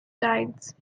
tides